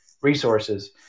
resources